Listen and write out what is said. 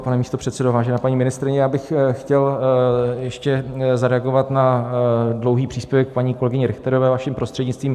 Pane místopředsedo, vážená paní ministryně, já bych chtěl ještě zareagovat na dlouhý příspěvek paní kolegyně Richterové vaším prostřednictvím.